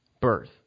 birth